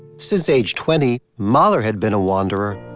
since age twenty, mahler had been a wanderer,